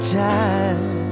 time